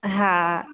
हा